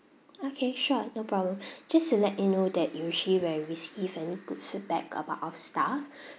okay sure no problem just to let you know that usually when we receive any good feedback about our staff